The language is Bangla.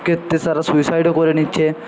ক্ষেত্রে তারা সুইসাইডও করে নিচ্ছে